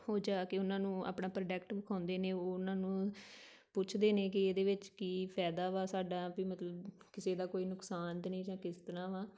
ਉਹ ਜਾ ਕੇ ਉਹਨਾਂ ਨੂੰ ਆਪਣਾ ਪ੍ਰੋਡਕਟ ਵਿਖਾਉਂਦੇ ਨੇ ਉਹ ਉਹਨਾਂ ਨੂੰ ਪੁੱਛਦੇ ਨੇ ਕਿ ਇਹਦੇ ਵਿੱਚ ਕੀ ਫਾਇਦਾ ਵਾ ਸਾਡਾ ਵੀ ਮਤਲਬ ਕਿਸੇ ਦਾ ਕੋਈ ਨੁਕਸਾਨ ਤਾਂ ਨਹੀਂ ਜਾਂ ਕਿਸ ਤਰ੍ਹਾਂ ਵਾਂ